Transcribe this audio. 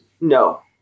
No